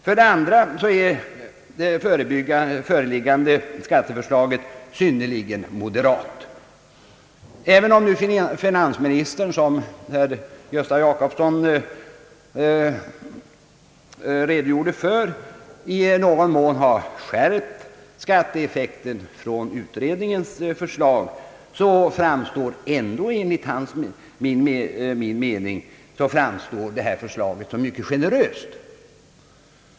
För det andra är det föreliggande skatteförslaget synnerligen moderat. Även om finansministern, som herr Gösta Jacobsson redogjorde för, i någon mån har skärpt skatteeffekten i jämförelse med utredningens förslag, framstår förslaget i propositionen ändå som mycket generöst.